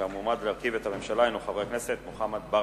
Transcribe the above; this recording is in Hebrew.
והמועמד להרכיב את הממשלה הינו חבר הכנסת מוחמד ברכה.